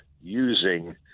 using